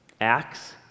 acts